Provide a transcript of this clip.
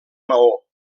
maó